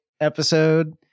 episode